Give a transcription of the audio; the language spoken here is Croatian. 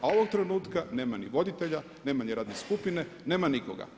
A ovog trenutka nema ni voditelja, nema ni radne skupine, nema nikoga.